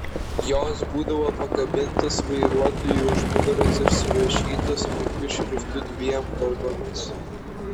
jos būdavo pakabintos vairuotojui už nugaros ir surašytos smulkiu šriftu dviem kalbomis